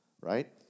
right